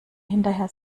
hinterher